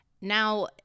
now